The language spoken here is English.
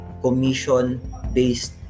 commission-based